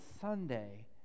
Sunday